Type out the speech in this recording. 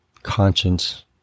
Conscience